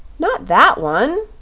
not that one!